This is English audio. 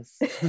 yes